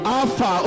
Alpha